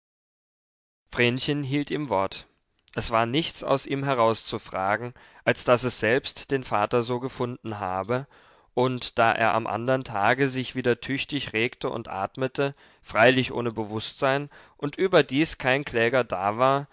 vrenchen hielt ihm wort es war nichts aus ihm herauszufragen als daß es selbst den vater so gefunden habe und da er am andern tage sich wieder tüchtig regte und atmete freilich ohne bewußtsein und überdies kein kläger da war